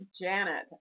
Janet